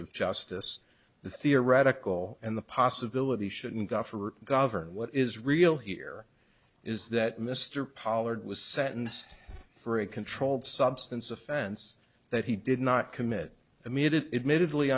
of justice the theoretical and the possibility shouldn't go for governor what is real here is that mr pollard was sentenced for a controlled substance offense that he did not commit emitted admittedly